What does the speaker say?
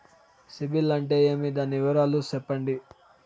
సిబిల్ అంటే ఏమి? దాని వివరాలు సెప్పండి?